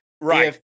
Right